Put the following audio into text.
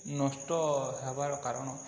ନଷ୍ଟ ହେବାର କାରଣ